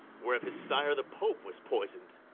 whereof his sire the pope was poisoned!